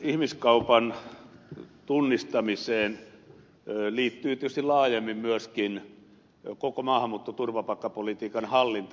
ihmiskaupan tunnistamiseen liittyy tietysti laajemmin myöskin koko maahanmuutto ja turvapaikkapolitiikan hallinta